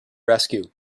rescue